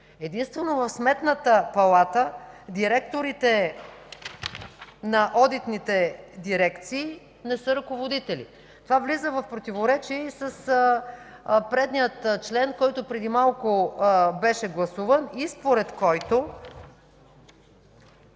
Единствено в Сметната палата директорите на одитните дирекции не са ръководители. Това влиза в противоречие и с предния член, който преди малко беше гласуван и според който,